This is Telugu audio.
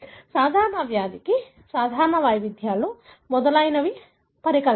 సాధారణ వ్యాధికి సాధారణ వైవిధ్యాలు ముఖ్యమైనవని పరికల్పన